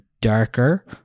darker